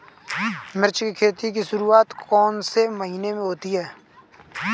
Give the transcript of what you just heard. मिर्च की खेती की शुरूआत कौन से महीने में होती है?